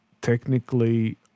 technically